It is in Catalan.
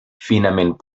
finament